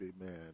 amen